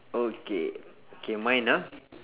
okay K mine ah